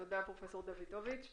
תודה, פרופ' דוידוביץ.